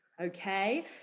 okay